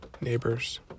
neighbors